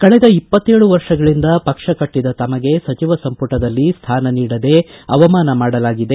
ಕಳೆದ ಇಪ್ಪತ್ತೇಳು ವರ್ಷಗಳಿಂದ ಪಕ್ಷ ಕಟ್ಟದ ತಮಗೆ ಸಚಿವ ಸಂಪುಟದಲ್ಲಿ ಸ್ಥಾನ ನೀಡದೆ ಅವಮಾನ ಮಾಡಲಾಗಿದೆ